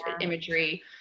imagery